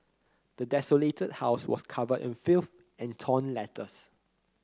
the desolated house was covered in filth and torn letters